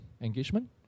engagement